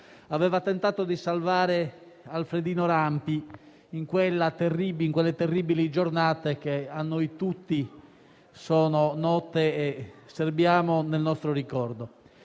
aveva tentato di salvare Alfredino Rampi in quelle terribili giornate che a noi tutti sono note e serbiamo nel nostro ricordo.